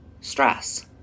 stress